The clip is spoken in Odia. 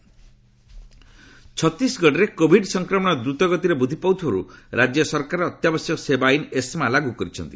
ଛତିଶଗଡ଼ କୋଭିଡ୍ ଛତିଶଗଡ଼ରେ କୋଭିଡ୍ ସଂକ୍ରମଣ ଦ୍ରୁତଗତିରେ ବୃଦ୍ଧି ପାଉଥିବାରୁ ରାଜ୍ୟ ସରକାର ଅତ୍ୟାବଶ୍ୟକ ସେବା ଆଇନ୍ ଏସ୍ମା ଲାଗୁ କରିଛନ୍ତି